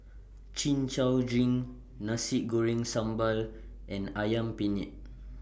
Chin Chow Drink Nasi Goreng Sambal and Ayam Penyet